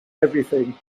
everything